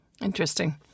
Interesting